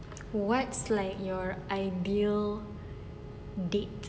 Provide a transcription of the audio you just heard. what's like your ideal date